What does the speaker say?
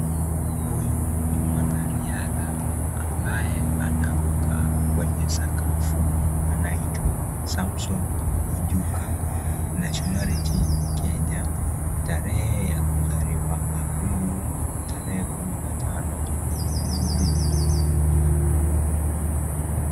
Huyu ni mwanariadha ambaye anaruka kwenye sakafu anaitwa Samson Onjuka nationality Kenya, tarehe ya kuzaliwa aprili tarehe kumi na tano mwezi...